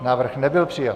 Návrh nebyl přijat.